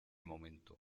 momento